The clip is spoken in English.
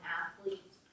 athlete